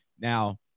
Now